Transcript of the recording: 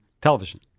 television